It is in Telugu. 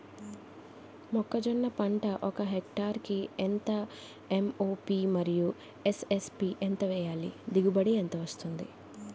మొక్కజొన్న పంట ఒక హెక్టార్ కి ఎంత ఎం.ఓ.పి మరియు ఎస్.ఎస్.పి ఎంత వేయాలి? దిగుబడి ఎంత వస్తుంది?